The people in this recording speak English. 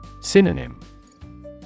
Synonym